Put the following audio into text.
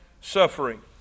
Suffering